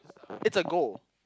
it's a goal